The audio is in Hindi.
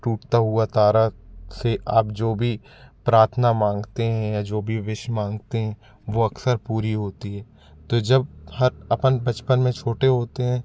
टूटता हुआ तारा से आप जो भी प्रार्थना माँगते हैं या जो भी विश माँगते हैं वो अक्सर पूरी होती है तो जब हर अपन बचपन में छोटे होते हैं